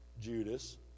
Judas